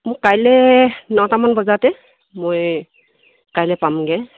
মোক কাইলৈ নটামান বজাতে মই কাইলৈ পামগৈ